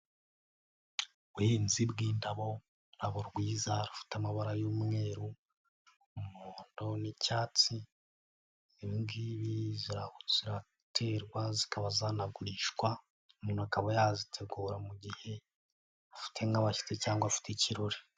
Ubuhinzi bw'indabo ururabo rwiza rufite amabara y'umweru umuhondo n'icyatsi ibingibi ziraterwa, zikaba zanagurishwa, umuntu akaba yazitegura mu gihe afite nk'abashyitsi cyangwa afite ikirori.